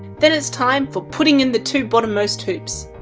then it's time for putting in the two bottom most hoops.